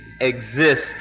exist